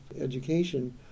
education